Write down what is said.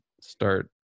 start